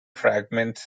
fragments